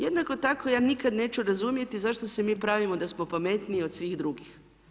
Jednako tako ja nikad neću razumjeti zašto se mi pravimo da smo pametniji od svih drugih?